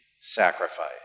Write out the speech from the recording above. sacrifice